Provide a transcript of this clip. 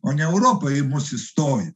o ne europa į mus įstojo